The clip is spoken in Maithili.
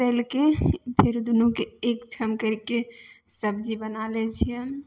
तलिके फेर दुनूके एकठाम करिके सब्जी बना लै छिए